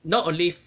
not only